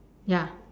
ya